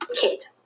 kid